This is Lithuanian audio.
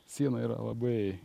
siena yra labai